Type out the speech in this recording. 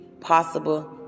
possible